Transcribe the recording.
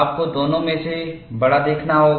आपको दोनों में से बड़ा देखना होगा